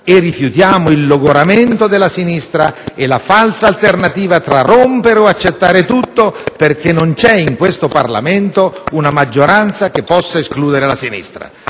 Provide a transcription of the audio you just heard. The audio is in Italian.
Rifiutiamo il logoramento della sinistra e la falsa alternativa tra "rompere o accettare tutto" perché non c'è in questo Parlamento una maggioranza che possa escludere la sinistra.